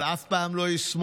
אבל אף פעם לא יישמו.